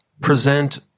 present